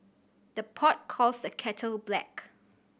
the pot calls the kettle black